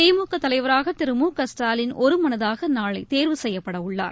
திமுக தலைவராக திரு மு க ஸ்டாலின் ஒருமனதாக நாளை தேர்வு செய்யப்படவுள்ளார்